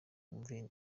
wumve